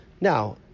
now